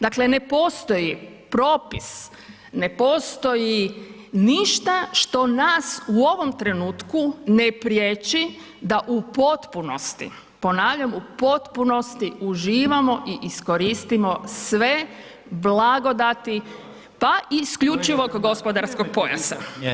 Dakle, ne postoji propis, ne postoji ništa što nas u ovom trenutku ne priječi da u potpunosti, ponavljam, u potpunosti, uživamo i iskoristimo sve blagodati, pa i isključivog gospodarskog pojasa.